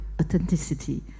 authenticity